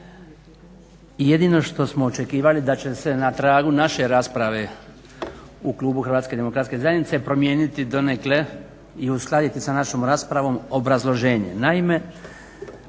jedino što smo očekivali da će se na tragu naše rasprave u klubu Hrvatske demokratske zajednice promijeniti donekle i uskladiti sa našom raspravom obrazloženje.